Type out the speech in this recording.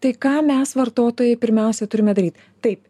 tai ką mes vartotojai pirmiausiai turim daryt taip